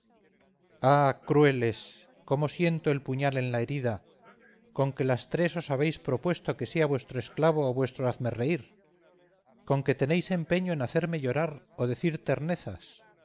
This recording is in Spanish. crueles cómo siento el puñal en la herida conque las tres os habéis propuesto que sea vuestro esclavo o vuestro hazmerreír conque tenéis empeño en hacerme llorar o decir ternezas